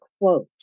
quote